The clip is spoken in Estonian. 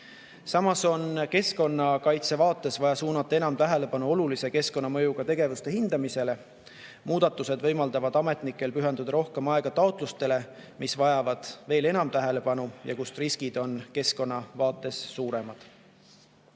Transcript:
Samas on keskkonnakaitse vaates vaja suunata enam tähelepanu olulise keskkonnamõjuga tegevuste hindamisele. Muudatused võimaldavad ametnikel pühendada rohkem aega taotlustele, mis vajavad veel enam tähelepanu ja mille puhul riskid on keskkonna vaates suuremad.